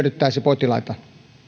hyödyttäisi potilaita